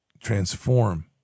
transform